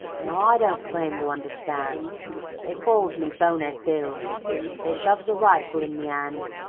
now, i don't claim to understand they calls me bonehead bill they shoves a rifle in me and,